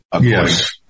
Yes